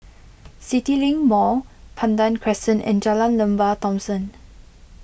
CityLink Mall Pandan Crescent and Jalan Lembah Thomson